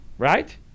Right